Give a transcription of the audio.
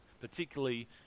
particularly